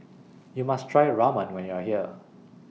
YOU must Try Ramen when YOU Are here